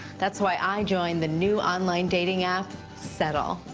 that's why i joined the new online dating app settl.